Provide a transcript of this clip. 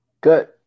Good